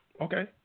okay